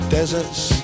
Deserts